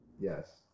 Yes